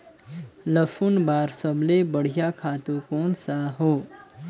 लसुन बार सबले बढ़िया खातु कोन सा हो?